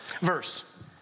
verse